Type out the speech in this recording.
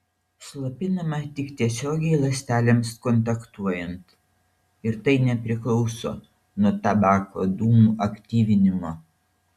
slopinama tik tiesiogiai ląstelėms kontaktuojant ir tai nepriklauso nuo tabako dūmų aktyvinimo